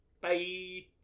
Bye